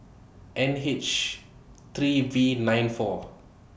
N H three V nine four